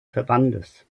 verbandes